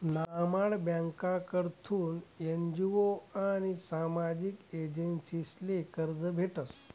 नाबार्ड ब्यांककडथून एन.जी.ओ आनी सामाजिक एजन्सीसले कर्ज भेटस